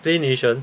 Play Nation